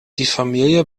familie